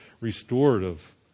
restorative